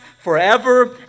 forever